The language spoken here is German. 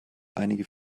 einige